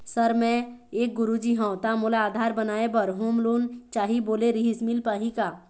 Sir मे एक गुरुजी हंव ता मोला आधार बनाए बर होम लोन चाही बोले रीहिस मील पाही का?